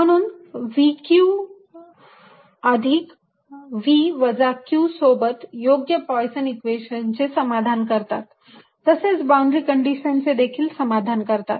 म्हणून Vq अधिक V वजा q सोबत योग्य पोयसन इक्वेशनचे Poisson's equation समाधान करतात तसेच बाउंड्री कंडिशनचे देखील समाधान करतात